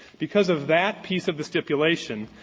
because of that piece of the stipulation,